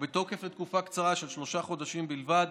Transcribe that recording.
שהוא בתוקף לתקופה קצרה של שלושה חודשים בלבד